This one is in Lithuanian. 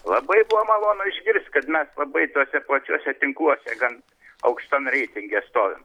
labai buvo malonu išgirst kad mes labai tuose plačiuose tinkluose gan aukštam reitinge stovim